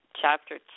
Chapter